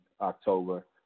October